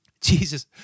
Jesus